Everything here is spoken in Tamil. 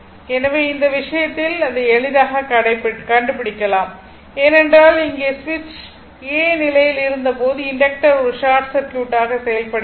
எனவே இந்த விஷயத்தில் எளிதாகக் கண்டுபிடிக்கலாம் ஏனென்றால் இங்கே சுவிட்ச் a நிலையில் இருந்தபோது இண்டக்டர் ஒரு ஷார்ட் சர்க்யூட் ஆக செயல்படுகிறது